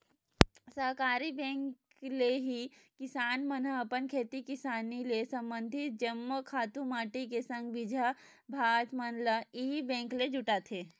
सहकारी बेंक ले ही किसान मन ह अपन खेती किसानी ले संबंधित जम्मो खातू माटी के संग बीजहा भात मन ल इही बेंक ले जुटाथे